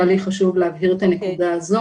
היה לי חשוב להבהיר את הנקודה הזו.